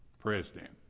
president